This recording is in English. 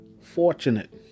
Fortunate